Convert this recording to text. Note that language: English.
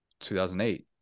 2008